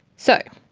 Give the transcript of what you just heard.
so,